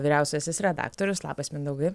vyriausiasis redaktorius lapas mindaugui